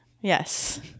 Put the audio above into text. Yes